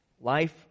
life